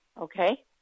Okay